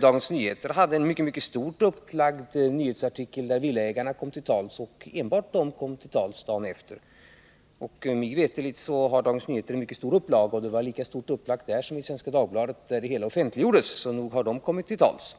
Dagens Nyheter hade en stort upplagd nyhetsartikel där villaägarna — och enbart dessa — kom till tals dagen efter. Mig veterligt har Dagens Nyheter en mycket stor upplaga. Saken var lika stort upplagd där som i Svenska Dagbladet, där hela materialet offentliggjordes, så nog har villägarna kommit till tals.